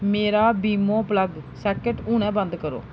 मेरा बीमो plug socket हुनै बंद करो